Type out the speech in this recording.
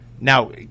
Now